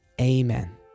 amen